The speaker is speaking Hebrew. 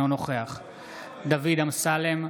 דוד אמסלם,